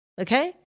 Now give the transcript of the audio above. okay